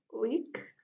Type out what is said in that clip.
week